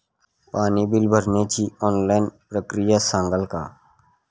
पाणी बिल भरण्याची ऑनलाईन प्रक्रिया सांगाल का?